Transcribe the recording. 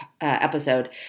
episode